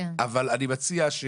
אבל אני מציע,